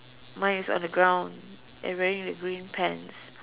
mine is on the ground and wearing the green pants